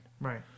Right